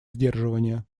сдерживания